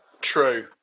True